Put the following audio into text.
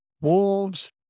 wolves